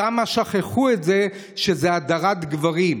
שם שכחו את זה, שזאת הדרת גברים.